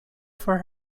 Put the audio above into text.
for